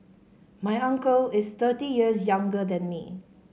my uncle is thirty years younger than me